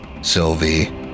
Sylvie